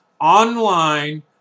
online